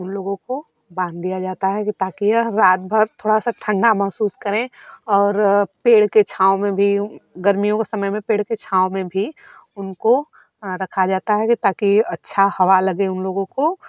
फिर उन लोगों को बांध दिया जाता है कि ताकि यह रात भर थोड़ा सा ठण्डा महसूस करें और पेड़ के छाँव में भी गर्मियों के समय में पेड़ के छाँव में भी उनको रखा जाता है कि ताकि अच्छा हवा लगे उन लोगों को